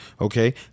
Okay